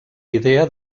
idea